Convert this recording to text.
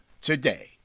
today